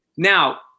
Now